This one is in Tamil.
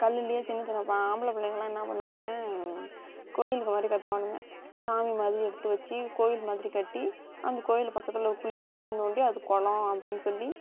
கல்லுலேயே சின்ன சின்ன ஆம்பள பிள்ளைங்கெல்லாம் என்ன பண்ணுவானுங்க கோயில் மாதிரி கட்டுவானுங்க சாமி மாதிரி எடுத்து வச்சு கோயில் மாதிரி கட்டி அந்த கோயில் பக்கத்தில் குழியை மாட்டி நோண்டி அது குளம் அப்படின்னு சொல்லி